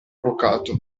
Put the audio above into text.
avvocato